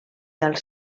els